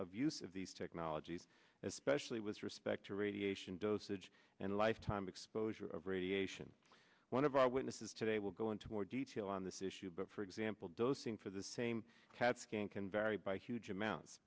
of these technologies especially with respect to radiation dosage and lifetime exposure of radiation one of our witnesses today will go into more detail on this issue but for example dosing for the same cats can can vary by huge amounts